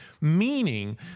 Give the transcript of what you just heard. meaning